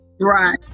Right